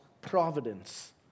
providence